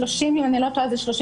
אם אני לא טועה 32%,